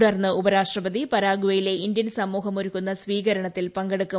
തുടർന്ന് ഉപരാഷ്ട്രപതി പരഗ്വേയിലെ ഇന്ത്യൻ സ്മൂഹം ഒരുക്കുന്ന സ്വീകരണത്തിൽ പങ്കെടുക്കും